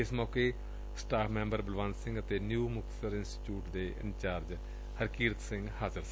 ਇਸ ਮੇਕੇ staff member Balwant Singh ਅਤੇ ਨਿਉ ਮੁਕਤੀਸਰ ਇੰਸਟੀਚਿਊਟ ਦੇ ਇੰਚਾਰਜ ਹਰਕੀਰਤ ਸਿੰਘ ਹਾਜ਼ਰ ਸਨ